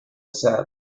said